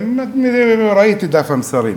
ראיתי את דף המסרים: